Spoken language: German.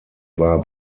war